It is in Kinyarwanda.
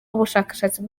ubushakashatsi